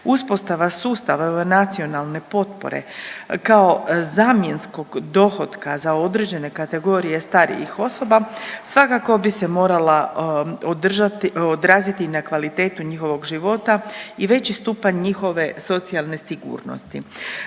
Uspostava sustava nacionalne potpore kao zamjenskog dohotka za određene kategorije starijih osoba svakako bi se morala održati, odraziti na kvalitetu njihovog života i veći stupanj njihove socijalne sigurnosti.